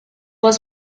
was